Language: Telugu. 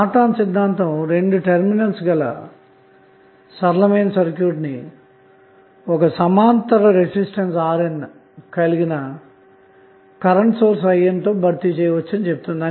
నార్టన్ సిద్ధాంతం రెండు టెర్మినల్స్ గల సరళమైన సర్క్యూట్ ని ఒక సమాంతర రెసిస్టెన్స్ RN కలిగిన కరెంటు సోర్స్ IN తో భర్తీ చేయవచ్చని చెబుతుంది